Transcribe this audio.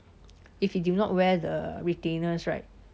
if you do not wear the retainers right